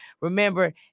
Remember